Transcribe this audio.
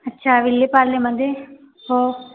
अच्छा विलेपार्लेमध्ये हो